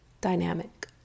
dynamic